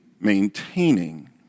maintaining